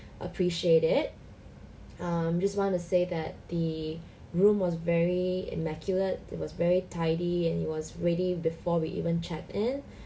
appreciate it um just want to say that the room was very immaculate it was very tidy and he was ready before we even check in